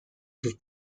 sus